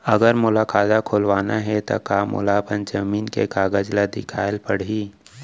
अगर मोला खाता खुलवाना हे त का मोला अपन जमीन के कागज ला दिखएल पढही?